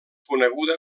coneguda